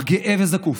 אך גאה וזקוף,